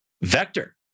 vector